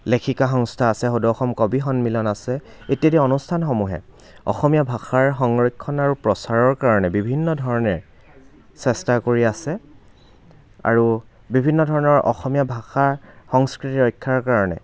লেখিকা সংস্থা আছে সদৌ অসম কবি সন্মিলন আছে ইত্যাদি অনুষ্ঠানসমূহে অসমীয়া ভাষাৰ সংৰক্ষণ আৰু প্ৰচাৰৰ কাৰণে বিভিন্ন ধৰণে চেষ্টা কৰি আছে আৰু বিভিন্ন ধৰণৰ অসমীয়া ভাষা সংস্কৃতি ৰক্ষাৰ কাৰণে